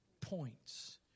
points